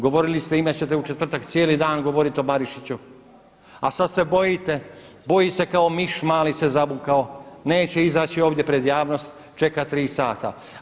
Govorili ste imat ćete u četvrtak cijeli dan govoriti o Barišiću, a sada se bojite, boji se kao miš mali se zavukao neće izaći ovdje pred javnost, čeka tri sata.